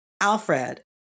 Alfred